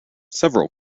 several